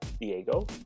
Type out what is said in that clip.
Diego